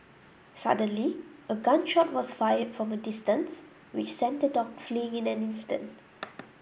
suddenly a gun shot was fired from a distance which sent the dog fleeing in an instant